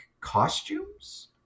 costumes